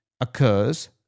occurs